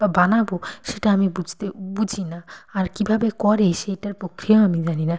বা বানাবো সেটা আমি বুঝতে বুঝি না আর কীভাবে করে সেটার পক্ষেও আমি জানি না